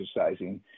exercising